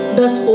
Thus